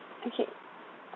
okay